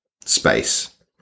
Space